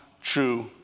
true